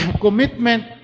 commitment